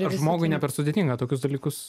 ar žmogui ne per sudėtinga tokius dalykus